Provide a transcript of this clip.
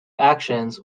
actions